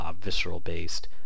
visceral-based